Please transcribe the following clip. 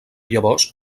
llavors